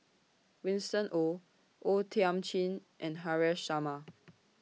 Winston Oh O Thiam Chin and Haresh Sharma